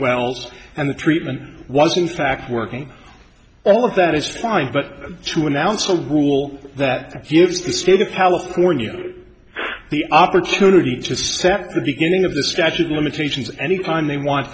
wells and the treatment was in fact working all of that is fine but to announce a rule that gives the state of california the opportunity to set the beginning of the statute of limitations any time they want